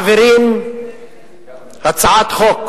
מעבירים הצעת חוק